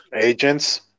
agents